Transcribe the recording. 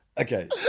Okay